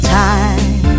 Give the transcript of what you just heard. time